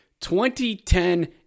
2010